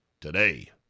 today